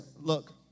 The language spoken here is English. look